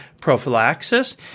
prophylaxis